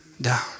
down